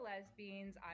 lesbians